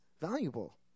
valuable